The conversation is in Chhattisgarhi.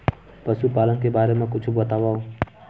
पशुपालन के बारे मा कुछु बतावव?